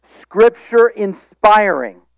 Scripture-inspiring